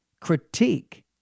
critique